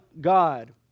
God